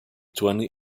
twenty